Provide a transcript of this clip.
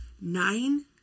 Nine